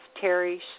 Terry